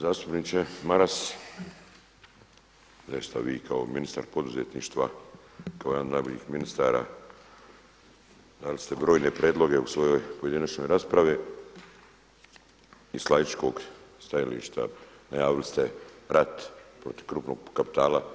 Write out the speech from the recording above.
Zastupniče Maras, … vi kao ministar poduzetništva, kao jedan od najboljih ministara, dali ste brojne prijedloge u svojoj pojedinačnoj raspravi, iz laičkog stajališta najavili ste rat protiv krupnog kapitala.